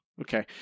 Okay